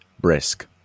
Brisk